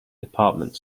department